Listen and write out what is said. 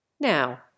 Now